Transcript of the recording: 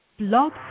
Blog